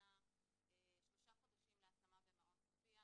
שהמתינה שלושה חודשים להשמה במעון צופיה,